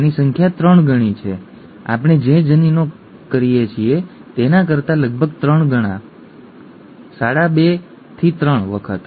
આની સંખ્યા 3 ગણી છે આપણે જે જનીનો કરીએ છીએ તેના કરતા લગભગ 3 ગણા ઠીક છે સાડા 2 થી 3 વખત ઠીક છે